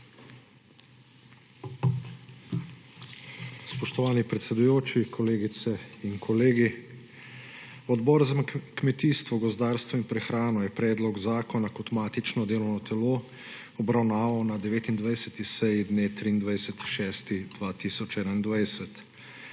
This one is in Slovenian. Spoštovani predsedujoči, kolegice in kolegi! Odbor za kmetijstvo, gozdarstvo in prehrano je predlog zakona kot matično delovno telo obravnaval na 29. seji dne 23. 6. 2021.